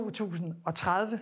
2030